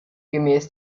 gemäß